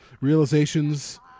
realizations